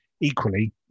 Equally